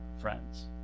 friends